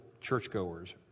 churchgoers